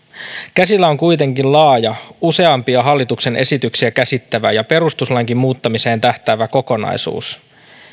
käsillä on kuitenkin laaja useampia hallituksen esityksiä käsittävä ja perustuslainkin muuttamiseen tähtäävä kokonaisuus